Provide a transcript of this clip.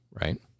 right